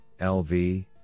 LV